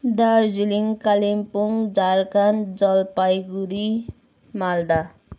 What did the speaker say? Darjeeling Kalimpong Jharkhand Jalpaiguri Malda